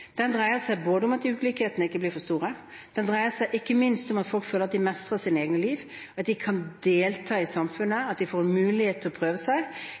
Den dreier seg om at ulikhetene ikke blir for store. Den dreier seg ikke minst om at folk føler at de mestrer sitt eget liv, at de kan delta i samfunnet, at de får en mulighet til å prøve seg.